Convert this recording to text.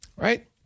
Right